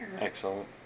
Excellent